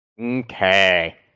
Okay